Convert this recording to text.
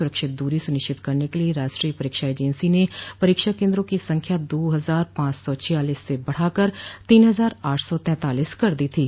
सुरक्षित दूरी सुनिश्चित करने के लिए राष्ट्रीय परीक्षा एजेंसी ने परीक्षा केन्द्रों की संख्या दो हजार पांच सौ छियालीस से बढ़ाकर तीन हजार आठ सौ तैंतालीस कर दी थी